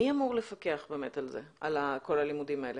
מי אמור לפקח על כל הלימודים האלה?